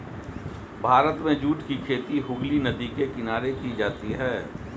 भारत में जूट की खेती हुगली नदी के किनारे की जाती है